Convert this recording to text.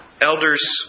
Elders